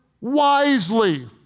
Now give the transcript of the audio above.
wisely